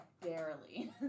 barely